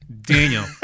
Daniel